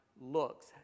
looks